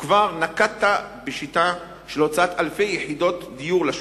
וכבר נקטת שיטה של הוצאת אלפי יחידות דיור לשוק.